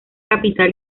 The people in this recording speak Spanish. capital